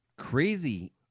crazy